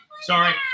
Sorry